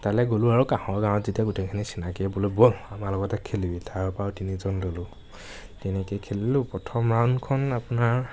তালৈ গ'লো আৰু কাষৰ গাঁৱৰ তেতিয়া গোটেইখিনি চিনাকীয়ে বোলো ব'ল আমাৰ লগতে খেলিবি তাৰপৰাও তিনিজন ল'লোঁ তেনেকৈ খেলিলোঁ প্ৰথম ৰাউণ্ডখন আপোনাৰ